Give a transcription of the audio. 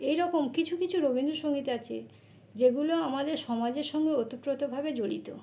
এই রকম কিছু কিছু রবীন্দ্রসঙ্গীত আছে যেগুলো আমাদের সমাজের সঙ্গে ওতপ্রোতভাবে জড়িত